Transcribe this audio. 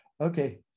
Okay